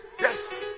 Yes